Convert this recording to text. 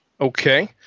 Okay